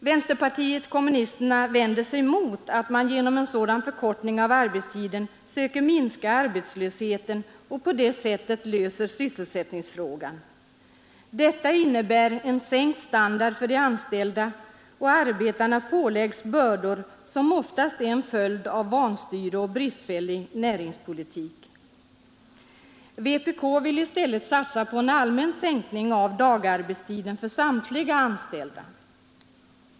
Vänsterpartiet kommunisterna vänder sig mot att man genom en sådan förkortning av arbetstiden söker minska arbetslösheten och på det sättet lösa sysselsättningsfrågan. Detta innebär en sänkt standard för de anställda, och arbetarna påläggs bördor som oftast är en följd av vanstyre och bristfällig näringspolitik. Vpk vill i stället satsa på en allmän sänkning av dagarbetstiden för samtliga anställda.